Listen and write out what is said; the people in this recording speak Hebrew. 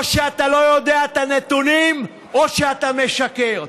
או שאתה לא יודע את הנתונים או שאתה משקר.